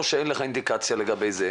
או שאין לך אינדיקציה לגבי זה,